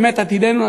באמת עתידנו,